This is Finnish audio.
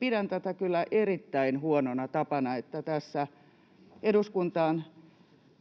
Pidän tätä kyllä erittäin huonona tapana, että eduskuntaan